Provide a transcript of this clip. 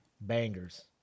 bangers